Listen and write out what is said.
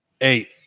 Eight